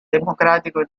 democratico